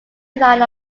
line